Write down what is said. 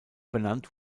benannt